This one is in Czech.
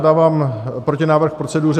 Dávám protinávrh proceduře.